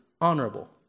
honorable